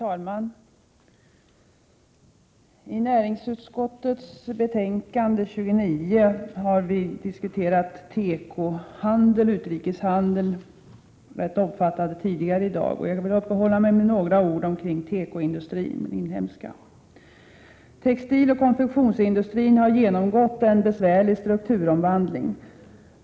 Herr talman! Vi har tidigare i dag fört en rätt omfattande diskussion om tekohandel och utrikeshandel. Jag vill nu med några ord uppehålla mig vid den inhemska tekoindustrin, som behandlas i näringsutskottets betänkande nr 29. Textiloch konfektionsindustrin har genomgått en besvärlig strukturomvandling.